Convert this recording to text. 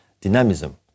dynamism